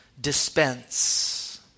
dispense